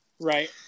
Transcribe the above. Right